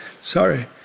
sorry